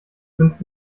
fünf